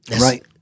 Right